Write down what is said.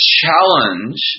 challenge